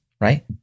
right